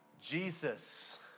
Jesus